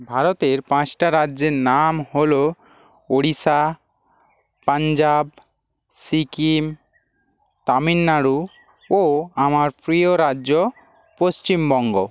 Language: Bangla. ভারতের পাঁচটা রাজ্যের নাম হলো ওড়িশা পাঞ্জাব সিকিম তামিলনাড়ু ও আমার প্রিয় রাজ্য পশ্চিমবঙ্গ